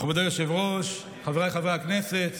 מכובדי היושב-ראש, חבריי חברי הכנסת,